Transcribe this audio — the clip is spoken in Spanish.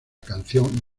canción